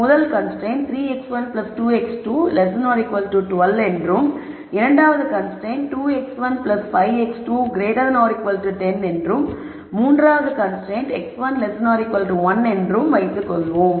முதல் constraint 3 x1 2 x2 12 என்றும் இரண்டாவது கன்ஸ்ரைன்ட் 2x1 5x2 10 என்றும் மூன்றாவது கன்ஸ்ரைன்ட் x1 1 என்றும் வைத்துக் கொள்வோம்